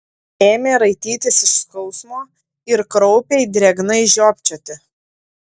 ėmė raitytis iš skausmo ir kraupiai drėgnai žiopčioti